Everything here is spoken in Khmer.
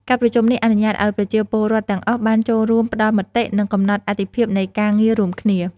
ការប្រជុំនេះអនុញ្ញាតឲ្យប្រជាពលរដ្ឋទាំងអស់បានចូលរួមផ្តល់មតិ និងកំណត់អាទិភាពនៃការងាររួមគ្នា។